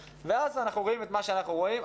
ואז אנחנו רואים את מה שאנחנו רואים.